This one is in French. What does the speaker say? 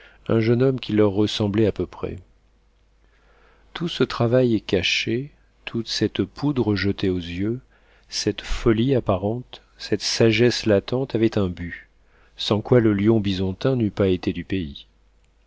un jeune homme qui leur ressemblait à peu près tout ce travail caché toute cette poudre jetée aux yeux cette folie apparente cette sagesse latente avaient un but sans quoi le lion bisontin n'eût pas été du pays